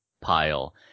pile